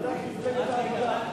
נדון בוועדה.